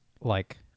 like-